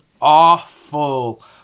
awful